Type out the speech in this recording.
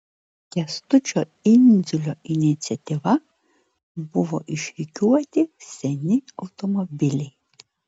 kęstučio indziulo iniciatyva buvo išrikiuoti seni automobiliai